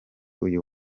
uyu